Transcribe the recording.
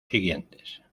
siguientes